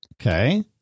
okay